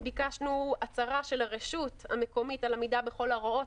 ביקשנו הצהרה של הרשות המקומית על עמידה בכל ההוראות,